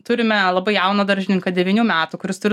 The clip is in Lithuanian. turime labai jauną daržininką devynių metų kuris turi